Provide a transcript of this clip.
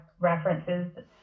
references